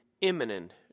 imminent